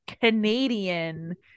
Canadian